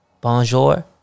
Bonjour